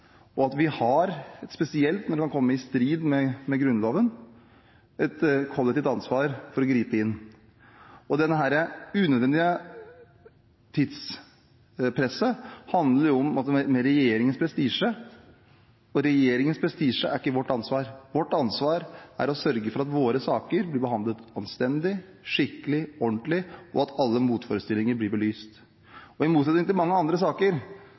og vi har, spesielt når noe kan komme i strid med Grunnloven, et kollektivt ansvar for å gripe inn. Dette unødvendige tidspresset handler om regjeringens prestisje, og regjeringens prestisje er ikke vårt ansvar. Vårt ansvar er å sørge for at våre saker blir behandlet anstendig, skikkelig og ordentlig, og at alle motforestillinger blir belyst. I motsetning til i mange andre saker